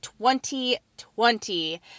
2020